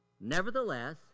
Nevertheless